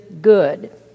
good